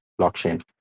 blockchain